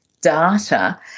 data